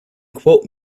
quote